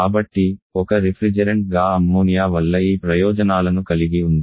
కాబట్టి ఒక రిఫ్రిజెరెంట్గా అమ్మోనియా వల్ల ఈ ప్రయోజనాలను కలిగి ఉంది